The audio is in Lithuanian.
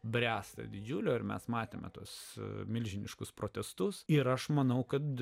bręsta didžiulio ir mes matėme tuos milžiniškus protestus ir aš manau kad